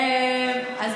זה